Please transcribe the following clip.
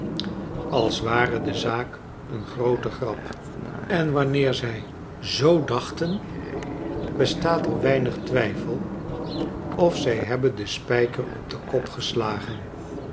als ware de zaak een groote grap en wanneer zij z dachten bestaat er weinig twijfel of zij hebben den spijker op den kop geslagen